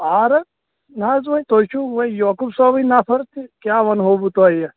اَہن حظ نہَ حظ وۄنۍ تُہۍ چھُو وۄنۍ یعقوٗب صأبٕنۍ نفرتہٕ کیٛاہ وَنہو بہٕ تۄہہِ